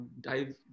dive